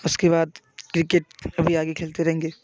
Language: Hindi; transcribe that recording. उसके बाद क्रिकेट भी आगे खेलते रहेंगे